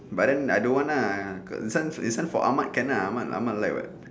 but then I don't want ah got this one this one for ahmad can ah ahmad ahmad like [what]